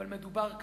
אבל מדובר כאן,